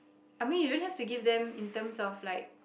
I mean you don't have to give them in terms of like